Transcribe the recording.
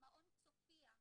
מעון 'צופיה'